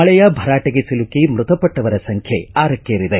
ಮಳೆಯ ಭರಾಟೆಗೆ ಸಿಲುಕಿ ಮೃತಪಟ್ಟವರ ಸಂಖ್ಯೆ ಆರಕ್ಕೇರಿದೆ